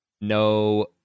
no